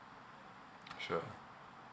sure